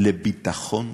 לביטחון תזונתי.